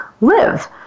live